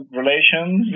relations